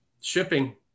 shipping